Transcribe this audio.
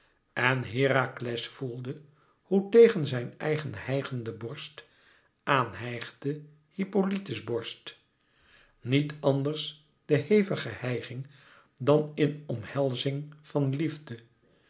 en herakles voelde hoe tegen zijn eigen hijgende borst aan hijgde hippolyte's borst niet anders de hevige hijging dan in omhelzing van liefde